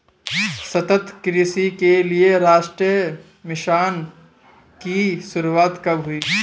सतत कृषि के लिए राष्ट्रीय मिशन की शुरुआत कब हुई?